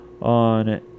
on